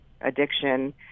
addiction